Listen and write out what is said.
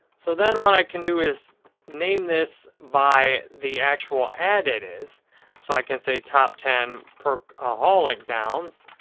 so, then what i can do is name this by the actual ad it is so i can say top ten perkaholic downs,